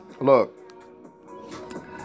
look